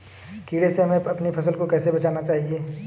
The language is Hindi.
कीड़े से हमें अपनी फसल को कैसे बचाना चाहिए?